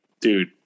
dude